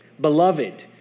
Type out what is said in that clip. Beloved